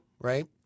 right